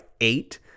eight